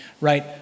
right